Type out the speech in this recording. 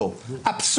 טור פז